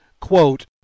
quote